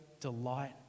delight